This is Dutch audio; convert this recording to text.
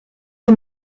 van